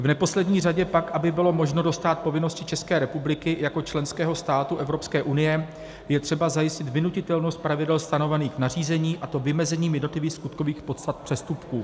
V neposlední řadě pak, aby bylo možno dostát povinnosti České republiky jako členského státu Evropské unie, je třeba zajistit vynutitelnost pravidel stanovených nařízením, a to vymezením jednotlivých skutkových podstat přestupků.